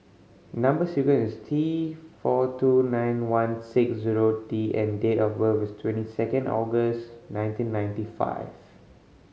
number sequence is T four two nine one six zero D and date of birth is twenty second August nineteen ninety five